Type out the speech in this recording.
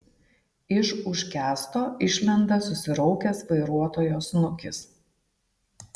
iš už kęsto išlenda susiraukęs vairuotojo snukis